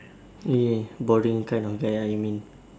ya boring kind of guy ah you mean